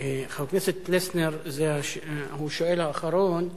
חבר הכנסת פלסנר הוא השואל האחרון,